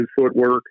footwork